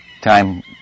time